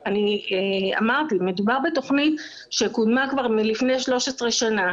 אמרתי, מדובר בתוכנית שקודמה כבר לפני 13 שנה.